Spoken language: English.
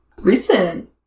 Recent